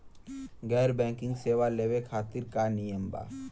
गैर बैंकिंग सेवा लेवे खातिर का नियम बा?